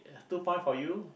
two point for you